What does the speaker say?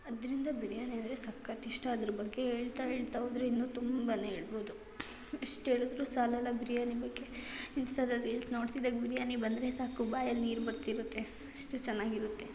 ಆದ್ರಿಂದ ಬಿರ್ಯಾನಿ ಅಂದರೆ ಸಖತ್ತು ಇಷ್ಟ ಅದ್ರ ಬಗ್ಗೆ ಹೇಳ್ತಾ ಹೇಳ್ತಾ ಹೋದರೆ ಇನ್ನೂ ತುಂಬ ಹೇಳ್ಬೋದು ಎಷ್ಟು ಹೇಳದ್ರು ಸಾಲಲ್ಲ ಬಿರ್ಯಾನಿ ಬಗ್ಗೆ ಇನ್ಸ್ಟಾದಲ್ಲಿ ರೀಲ್ಸ್ ನೋಡ್ತಿದ್ದಾಗ ಬಿರಿಯಾನಿ ಬಂದರೆ ಸಾಕು ಬಾಯಲ್ಲಿ ನೀರು ಬರ್ತಿರುತ್ತೆ ಅಷ್ಟು ಚೆನ್ನಾಗಿರುತ್ತೆ